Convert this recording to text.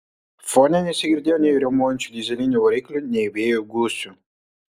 fone nesigirdėjo nei riaumojančių dyzelinių variklių nei vėjo gūsių